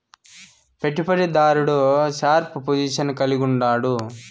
పెట్టుబడి దారుడు sharp position కలిగుండాడు